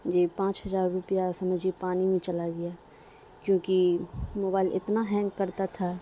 جی پانچ ہزار روپیہ سمجھیے پانی میں چلا گیا کیونکہ موبائل اتنا ہینگ کرتا تھا